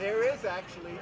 there is actually